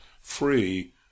free